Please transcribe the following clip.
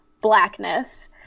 blackness